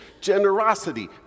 generosity